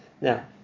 now